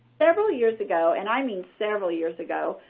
several years ago, and i mean several years ago,